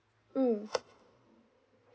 mm